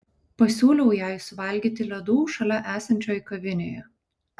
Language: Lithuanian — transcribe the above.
pasiūliau jai suvalgyti ledų šalia esančioj kavinėje